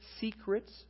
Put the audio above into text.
secrets